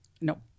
No